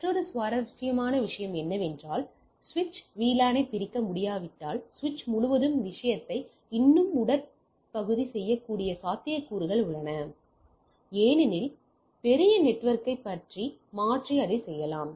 மற்றொரு சுவாரஸ்யமான விஷயம் என்னவென்றால் சுவிட்ச் VLAN ஐப் பிரிக்க முடியாவிட்டால் சுவிட்ச் முழுவதும் விஷயத்தை இன்னும் உடற்பகுதி செய்யக்கூடிய சாத்தியக்கூறுகள் உள்ளன ஏனெனில் பெரிய நெட்வொர்க்கை மாற்றி அதைச் செய்யலாம்